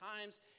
times